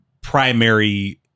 primary